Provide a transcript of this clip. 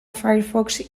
firefox